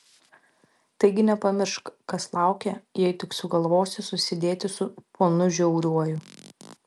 taigi nepamiršk kas laukia jei tik sugalvosi susidėti su ponu žiauriuoju